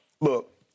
look